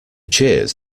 cheers